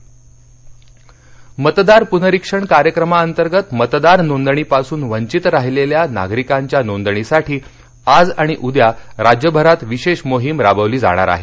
मतदार नोंदणी मतदार पूनरीक्षण कार्यक्रमांतर्गत मतदार नोंदणीपासून वंचित राहिलेल्या नागरिकांच्या नोंदणीसाठी आज आणि उद्या राज्यभरात विशेष मोहीम राबवली जाणार आहे